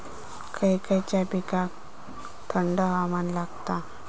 खय खयच्या पिकांका थंड हवामान लागतं?